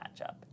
matchup